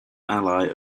ally